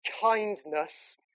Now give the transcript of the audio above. kindness